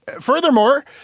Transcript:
Furthermore